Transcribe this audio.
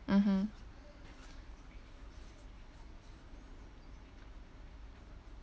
mmhmm